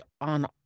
on